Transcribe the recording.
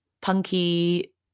punky